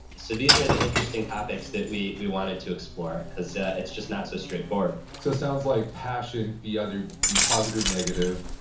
so, these are the interesting topics that we we wanted to explore because it's just not so straightforward so, it sounds like passion, be either, be positive, negative.